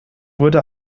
wurde